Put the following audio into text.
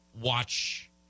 watch